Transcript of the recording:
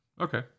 Okay